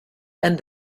and